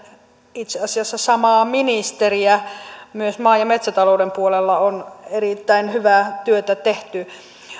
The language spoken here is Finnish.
itse asiassa samaa ministeriä siitä että myös maa ja metsätalouden puolella on erittäin hyvää työtä tehty